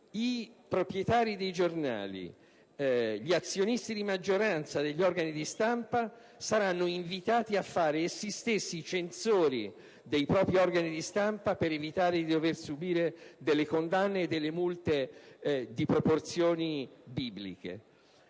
i proprietari dei giornali, gli azionisti di maggioranza degli organi di stampa saranno invitati a far essi stessi i censori dei propri organi di stampa per evitare di dover subire delle condanne e delle multe di proporzioni bibliche.